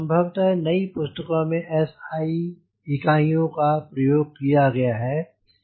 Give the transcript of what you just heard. संभव है नई पुस्तकों में SI इकाइयों का प्रयोग किया गया हो